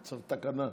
צריך תקנה.